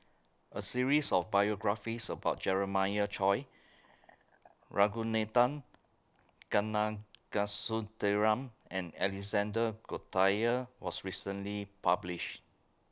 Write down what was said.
A series of biographies about Jeremiah Choy Ragunathar Kanagasuntheram and Alexander Guthrie was recently published